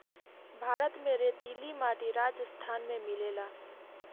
भारत में रेतीली माटी राजस्थान में मिलेला